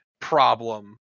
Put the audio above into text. problem